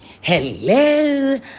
hello